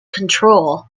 control